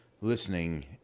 listening